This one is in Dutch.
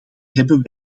hebben